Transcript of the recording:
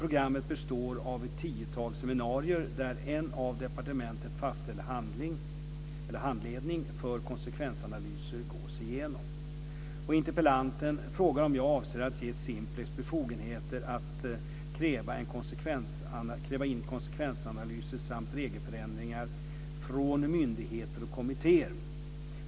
Programmet består av ett tiotal seminarier där en av departementet fastställd handledning för konsekvensanalyser gås igenom. Interpellanten frågar om jag avser att ge Simplex befogenhet att kräva in konsekvensanalyser samt regelförändringar från myndigheter och kommittéer.